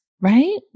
Right